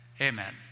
amen